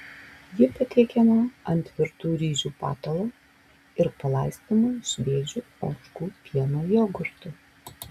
ji patiekiama ant virtų ryžių patalo ir palaistoma šviežiu ožkų pieno jogurtu